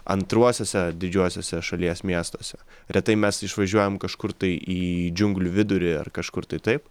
antruosiuose didžiuosiuose šalies miestuose retai mes išvažiuojam kažkur tai į džiunglių vidurį ar kažkur tai taip